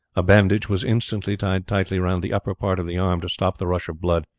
a bandage was instantly tied tightly round the upper part of the arm to stop the rush of blood,